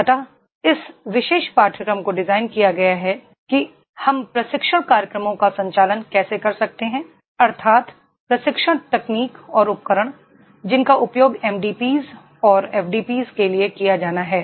अतः इस विशेष पाठ्यक्रम को डिज़ाइन किया गया है कि हम प्रशिक्षण कार्यक्रमों का संचालन कैसे कर सकते हैं अर्थात प्रशिक्षण तकनीक और उपकरण जिनका उपयोग एमडीपीस और एफडीपीस के लिए किया जाना है